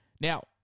Now